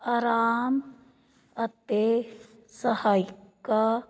ਆਰਾਮ ਅਤੇ ਸਹਾਇਕ